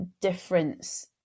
difference